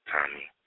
Tommy